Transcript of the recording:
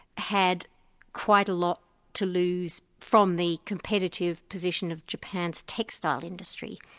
had quite a lot to lose from the competitive position of japan's textile industry.